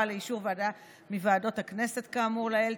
לאישור ועדה מוועדות הכנסת כאמור לעיל,